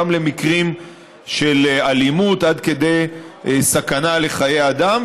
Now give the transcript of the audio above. גם למקרים של אלימות עד כדי סכנה לחיי אדם.